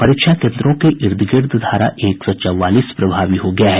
परीक्षा केन्द्रों के इर्द गिर्द धारा एक सौ चौवालीस प्रभावी हो गया है